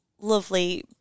lovely